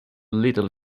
little